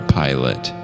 pilot